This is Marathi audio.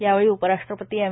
यावेळी उपराष्ट्रपती एम